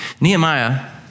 Nehemiah